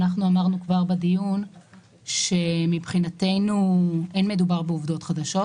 אנחנו אמרנו כבר בדיון שמבחינתנו אין מדובר בעובדות חדשות.